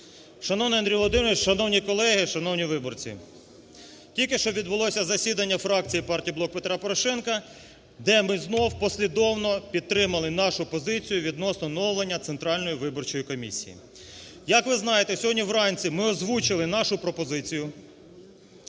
Шановний Андрій Володимирович! Шановні колеги! Шановні виборці! Тільки що відбулося засідання фракції партії "Блок Петра Порошенка", де ми знов послідовно підтримали нашу позицію відносно оновлення Центральної виборчої комісії. Як ви знаєте, сьогодні вранці ми озвучили нашу пропозицію,